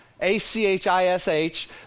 A-C-H-I-S-H